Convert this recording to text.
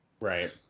Right